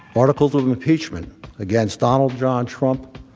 articles of impeachment against donald john trump.